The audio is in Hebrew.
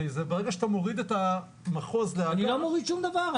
הרי ברגע שאתה מוריד את המחוז לאגף --- אני לא מוריד שום דבר.